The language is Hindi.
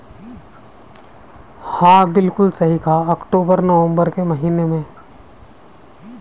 रबी की फ़सल सामान्यतः अक्तूबर नवम्बर के महीने में बोई जाती हैं